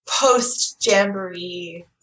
post-jamboree